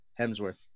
Hemsworth